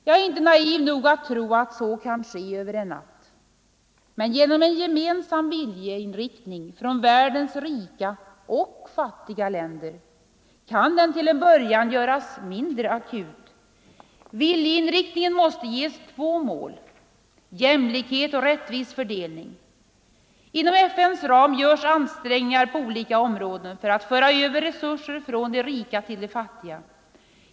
Jag är inte naiv nog att tro att så kan ske över en natt. Men genom en gemensam viljeinriktning från världens rika och fattiga länder kan den till en början göras mindre akut. Viljeinriktningen måste ges två mål: jämlikhet och rättvis fördelning. Inom FN:s ram görs ansträngningar på olika områden för att föra över resurser från de rika till de fattiga.